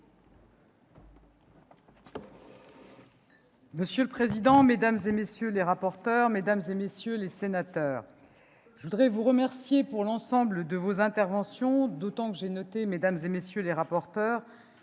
Monsieur le président, mesdames, messieurs les rapporteurs, mesdames, messieurs les sénateurs, je vous remercie pour l'ensemble de vos interventions, d'autant que j'ai noté, mesdames, messieurs les rapporteurs,